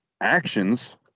actions